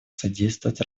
содействовать